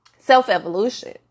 Self-evolution